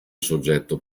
soggetto